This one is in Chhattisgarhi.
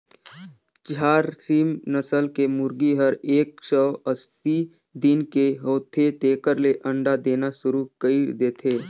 झारसिम नसल के मुरगी हर एक सौ अस्सी दिन के होथे तेकर ले अंडा देना सुरु कईर देथे